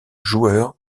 joueurs